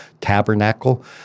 tabernacle